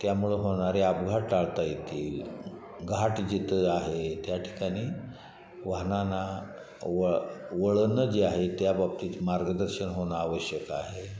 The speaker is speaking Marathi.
त्यामुळं होणारे अपघात टाळता येतील घाट जिथं आहे त्या ठिकाणी वाहनांना व वळणं जे आहे त्या बाबतीत मार्गदर्शन होणं आवश्यक आहे